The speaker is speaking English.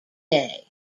day